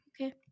Okay